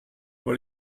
what